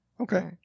Okay